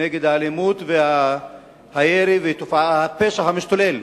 נגד האלימות והירי והתופעה של הפשע המשתולל,